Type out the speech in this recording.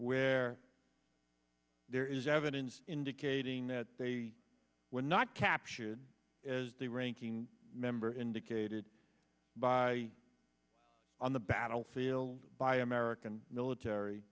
where there is evidence indicating that they were not captured as the ranking member indicated by on the battlefield by rikan military